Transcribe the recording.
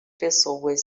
pessoas